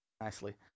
Nicely